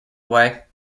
away